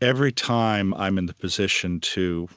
every time i'm in the position to,